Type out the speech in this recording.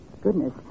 Goodness